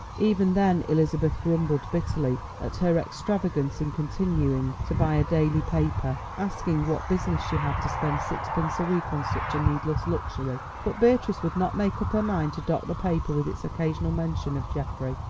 even then, elizabeth grumbled bitterly at her extravagance in continuing to buy a daily paper, asking what business she had to spend sixpence a week on such a needless luxury. but beatrice would not make up her mind to dock the paper with its occasional mention of geoffrey.